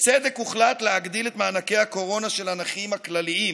בצדק הוחלט להגדיל את מענקי הקורונה של הנכים הכלליים,